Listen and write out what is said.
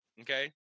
Okay